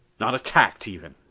not attacked, even.